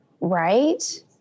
Right